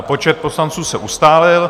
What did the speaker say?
Počet poslanců se ustálil.